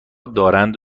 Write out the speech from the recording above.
دارند